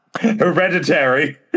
Hereditary